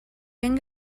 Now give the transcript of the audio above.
ben